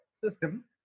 system